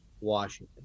Washington